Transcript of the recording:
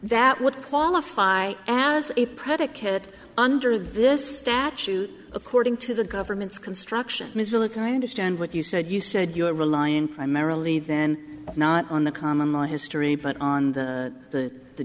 that would qualify as a predicate under this statute according to the government's construction is really kind of stand what you said you said you're relying primarily then not on the common law history but on the the